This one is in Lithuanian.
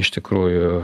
iš tikrųjų